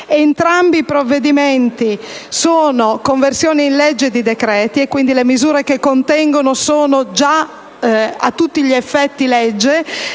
Entrambi i provvedimenti sono conversioni in legge di decreti, quindi le misure che contengono sono già a tutti gli effetti legge.